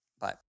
Bye